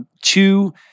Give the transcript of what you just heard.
two